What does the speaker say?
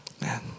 Man